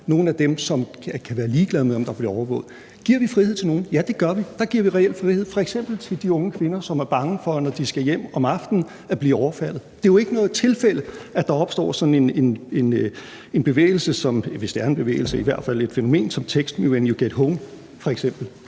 nogle af dem, som kan være ligeglade med, om der bliver overvåget. Giver vi frihed til nogen? Ja, det gør vi. Der giver vi reel frihed til f.eks. de unge kvinder, som er bange for, når de skal hjem om aftenen, at blive overfaldet. Det er jo ikke noget tilfælde, at der f.eks. opstår sådan en bevægelse eller i hvert fald et fænomen som »Text Me When You Get Home«.